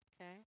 okay